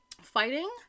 fighting